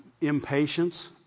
impatience